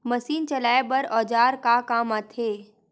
Machine चलाए बर औजार का काम आथे?